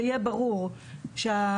שיהיה ברור שההעברה